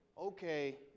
Okay